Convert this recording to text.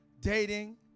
dating